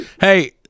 Hey